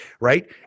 Right